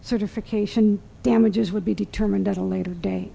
certification damages would be determined as a later date